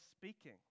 speaking